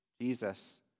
jesus